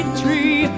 tree